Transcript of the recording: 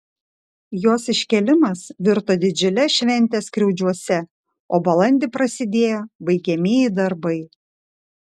jos iškėlimas virto didžiule švente skriaudžiuose o balandį prasidėjo baigiamieji darbai